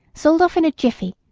sold off in a jiffy,